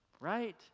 right